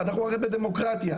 אנחנו הרי בדמוקרטיה,